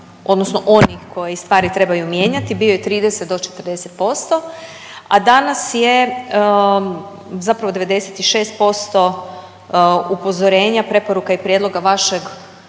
odnosno onih koji stvari trebaju mijenjati bio je 30 do 40%, a danas je zapravo 96% upozorenja, preporuka i prijedloga vašeg